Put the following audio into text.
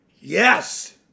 Yes